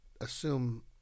assume